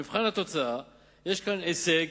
במבחן התוצאה יש כאן הישג.